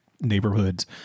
neighborhoods